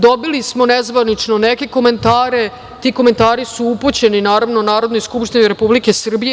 Dobili smo nezvanično neke komentare, koji su upućeni Narodnoj skupštini Republike Srbije.